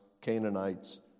Canaanites